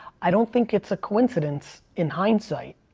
i don't think it's a coincidence, in hindsight,